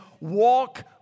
walk